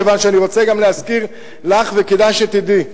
כיוון שאני רוצה גם להזכיר לך וכדאי שתדעי.